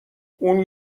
اون